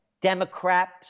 Democrats